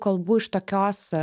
kalbu iš tokios